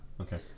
okay